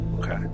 Okay